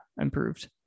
improved